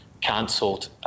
cancelled